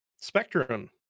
spectrum